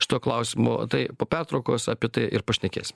šituo klausimu tai po pertraukos apie tai ir pašnekėsim